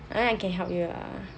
only if I can help you ah